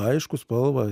aišku spalvą